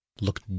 Look